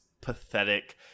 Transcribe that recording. pathetic